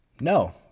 No